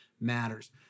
matters